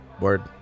Word